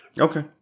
okay